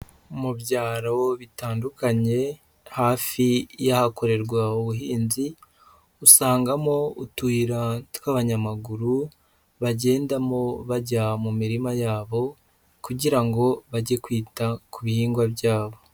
Mu byaro bitandukanye, hafi y'ahakorerwa ubuhinzi, usangamo utuyira tw'abanyamaguru bagendamo bajya mu mirima yabo, kugira ngo bajye kwita ku bihingwa byabo.